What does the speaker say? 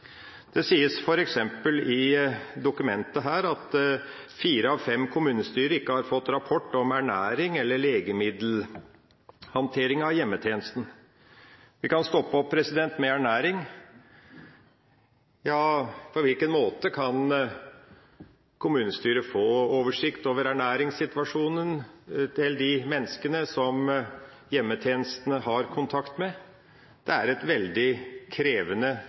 Det sies f.eks. i dokumentet her at fire av fem kommunestyrer ikke har fått rapport om ernæring og legemiddelhåndtering av hjemmetjenesten. Vi kan stoppe opp ved ernæring. Ja, på hvilken måte kan kommunestyret få oversikt over ernæringssituasjonen til de menneskene som hjemmetjenestene har kontakt med? Det er en veldig krevende